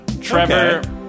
Trevor